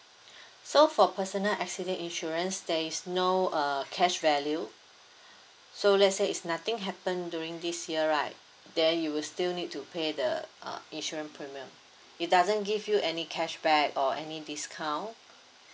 so for personal accident insurance there is no uh cash value so let's say is nothing happen during this year right then you will still need to pay the uh insurance premium it doesn't give you any cashback or any discount